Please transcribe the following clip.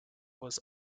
was